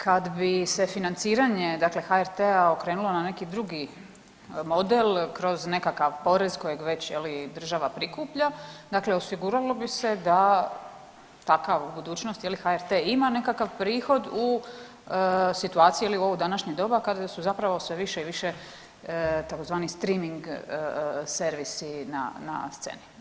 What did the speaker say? Kad bi se financiranje dakle HRT-a okrenulo na neki drugi model kroz nekakav porez, kojeg već država prikuplja, dakle osiguralo bi se da takav, u budućnosti HRT, ima nekakav prihod u situaciju ili u ovo današnje doba kad su zapravo sve više i više tzv. streaming servisi na sceni.